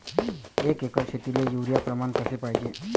एक एकर शेतीले युरिया प्रमान कसे पाहिजे?